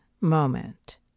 moment